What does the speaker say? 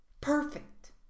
Perfect